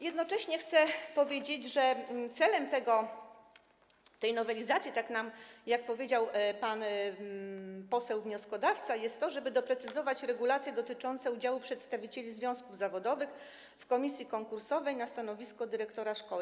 Jednocześnie chcę powiedzieć, że celem tej nowelizacji, tak jak powiedział pan poseł wnioskodawca, jest to, żeby doprecyzować regulacje dotyczące udziału przedstawicieli związków zawodowych w komisji konkursowej na stanowisko dyrektora szkoły.